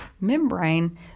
membrane